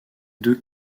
deux